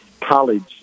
college